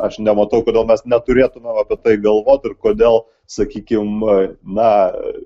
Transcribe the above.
aš nematau kodėl mes neturėtumėm apie tai galvot ir kodėl sakykim na